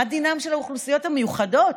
מה דינן של האוכלוסיות המיוחדות,